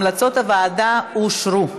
המלצות הוועדה אושרו.